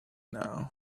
now